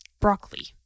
broccoli